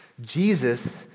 Jesus